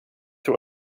tror